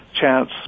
chance